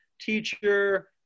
teacher